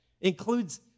includes